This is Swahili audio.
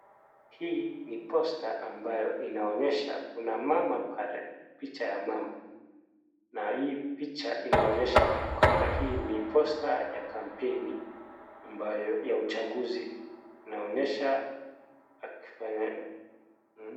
Hii ni posta ambayo inaonyesha kuna mama pale, picha ya mama na hii picha inaonyesha kwamba hii ni posta ya kampeni ambayo ya uchaguzi, inaonyesha...